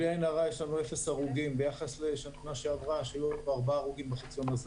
1. איסור כניסה של אופנועים בצה"ל.